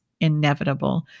inevitable